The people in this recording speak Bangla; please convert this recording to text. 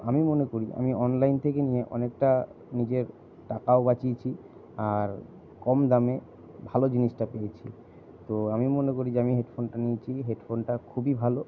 আমি মনে করি আমি অনলাইন থেকে নিয়ে অনেকটা নিজের টাকাও বাঁচিয়েছি আর কম দামে ভালো জিনিসটা পেয়েছি তো আমি মনে করি যে আমি হেডফোনটা নিয়েছি হেডফোনটা খুবই ভালো